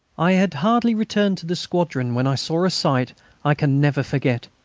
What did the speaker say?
i had hardly returned to the squadron when i saw a sight i can never forget.